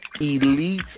elite